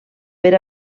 per